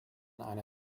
eine